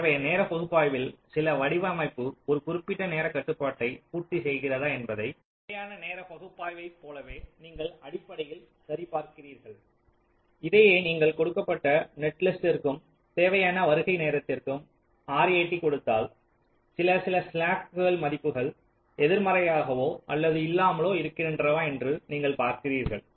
எனவே நேர பகுப்பாய்வில் சில வடிவமைப்பு ஒரு குறிப்பிட்ட நேரக் கட்டுப்பாட்டை பூர்த்திசெய்கிறதா என்பதை நிலையான நேர பகுப்பாய்வைப் போலவே நீங்கள் அடிப்படையில் சரிபார்க்கிறீர்கள் இதையே நீங்கள் கொடுக்கப்பட்ட நெட்லிஸ்ட்டிற்க்கும் தேவையான வருகை நேரத்திற்க்கும் RAT கொடுத்தால் சில சில ஸ்லாக்கு மதிப்புகள் எதிர்மறையாகவோ அல்லது இல்லாமலோ இருக்கின்றனவா என்று நீங்கள் பார்க்கிறீர்கள்